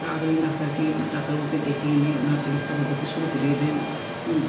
তাড়াতাড়ি ডাক্তারকে ডাক্তারবাবুকে ডেকে এনে ওনার চিকিৎসাপদ্ধতি শুরু করিয়ে দেন